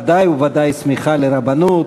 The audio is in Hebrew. ודאי וודאי סמיכה לרבנות,